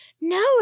no